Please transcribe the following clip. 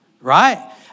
right